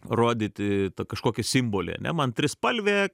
rodyti kažkokį simbolį ane man trispalvė